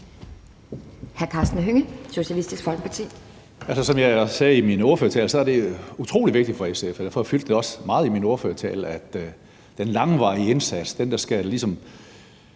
som jeg sagde i min ordførertale, er det utrolig vigtigt for SF, og derfor fyldte det også meget i min ordførertale, at den langvarige indsats, den, der ligesom